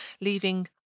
leaving